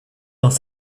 dans